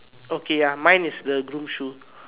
okay ah mine is the groom shoe